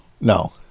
No